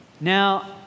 Now